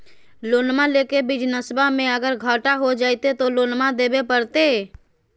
लोनमा लेके बिजनसबा मे अगर घाटा हो जयते तो लोनमा देवे परते?